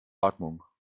atmung